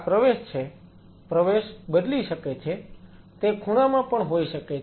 પ્રવેશ બદલી શકે છે તે ખૂણામાં પણ હોઈ શકે છે